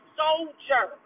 soldier